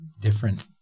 different